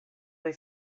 they